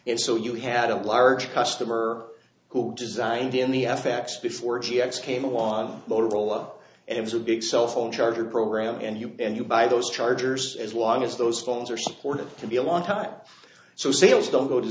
and so you had a large customer who designed in the f x before g x came on motorola and it was a big cell phone charger program and you and you buy those chargers as long as those phones are supported to be a long time so sales don't